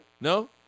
No